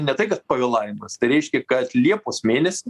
ne tai kad pavėlavimas tai reiškia kad liepos mėnesį